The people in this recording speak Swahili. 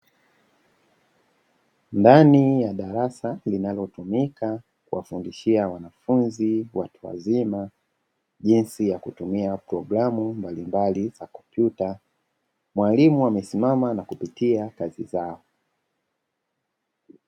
Ndani ya darasa linalotumika kuwafundishia wanafunzi watu wazima jinsi ya kutumia programu mbalimbali za kompyuta, mwalimu amesimama na kupitia kazi zao.